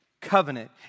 covenant